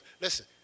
Listen